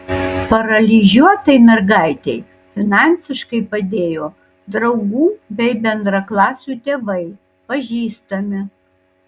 paralyžiuotai mergaitei finansiškai padėjo draugų bei bendraklasių tėvai pažįstami